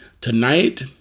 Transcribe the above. Tonight